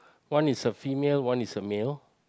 one is a female one is a male